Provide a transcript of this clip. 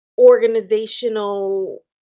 organizational